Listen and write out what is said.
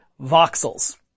voxels